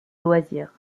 loisirs